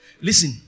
Listen